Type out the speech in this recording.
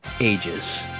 ages